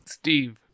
Steve